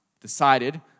decided